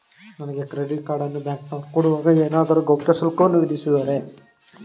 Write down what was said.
ನನಗೆ credit card ಅನ್ನು ಬ್ಯಾಂಕಿನವರು ಕೊಡುವಾಗ ಏನಾದರೂ ಗೌಪ್ಯ ಶುಲ್ಕವನ್ನು ವಿಧಿಸುವರೇ?